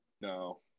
No